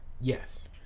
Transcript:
Yes